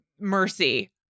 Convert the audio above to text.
Mercy